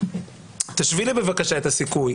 תשווי לי בבקשה את הסיכוי.